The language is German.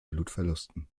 blutverlusten